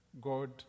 God